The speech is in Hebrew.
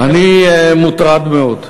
אני מוטרד מאוד.